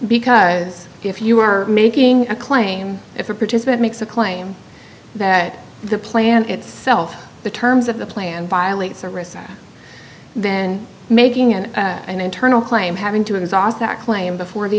because if you are making a claim if a participant makes a claim that the plan itself the terms of the plan violates or receive then making an internal claim having to exhaust that claim before the